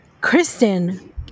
Kristen